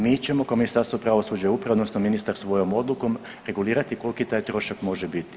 Mi ćemo kao Ministarstvo pravosuđa i uprave odnosno ministar svojom odlukom regulirati koliki taj trošak može biti.